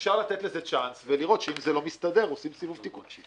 אפשר לתת לזה צ'אנס ולראות שאם זה לא מסתדר עושים סיבוב תיקונים.